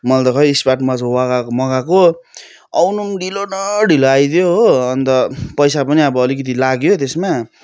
मैले त खै स्मार्ट वाच मगाएको मगाएको आउनु ढिलो न ढिलो आइदियो हो अन्त पैसा पनि अब अलिकिति लाग्यो त्यसमा